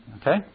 Okay